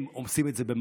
הם עושים את זה במעשיהם,